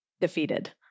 defeated